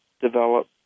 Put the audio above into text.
develop